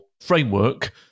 framework